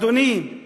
אדוני,